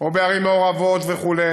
או בערים מעורבות וכו',